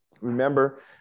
Remember